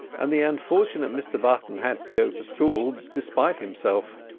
and the unfortunate mr button had to go to school despite himself.